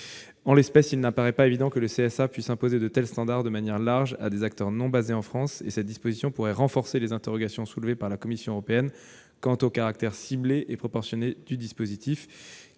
En l'espèce, il n'apparaît pas évident que le CSA puisse imposer de tels standards de manière large à des acteurs non basés en France. Cette disposition pourrait en outre renforcer les interrogations soulevées par la Commission européenne sur le caractère ciblé et proportionné du dispositif,